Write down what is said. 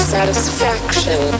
Satisfaction